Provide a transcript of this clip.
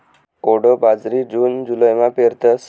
कोडो बाजरी जून जुलैमा पेरतस